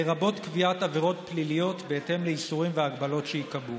לרבות קביעת עבירות פליליות בהתאם לאיסורים וההגבלות שייקבעו.